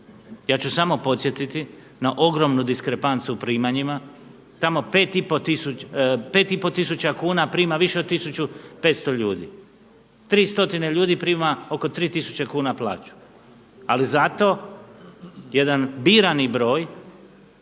Ja ću samo podsjetiti na ogromnu diskrepancu u primanjima. Tamo 5 i pol tisuća kuna prima više od 1500 ljudi. 3 stotine ljudi prima oko 3000 kuna plaću. Ali zato jedan birani broj